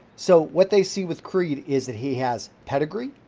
so, what they see with creed is that he has pedigree,